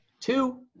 two